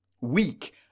weak